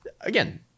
again